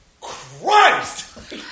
Christ